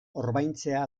orbaintzea